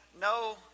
no